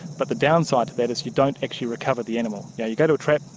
but the downside to that is you don't actually recover the animal. yeah you go to a trap,